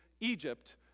Egypt